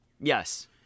yes